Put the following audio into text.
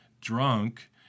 drunk